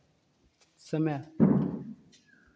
समय